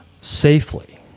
safely